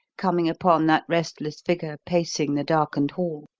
coming upon that restless figure pacing the darkened hall,